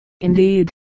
indeed